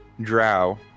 drow